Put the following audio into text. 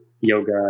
yoga